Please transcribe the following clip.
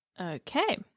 Okay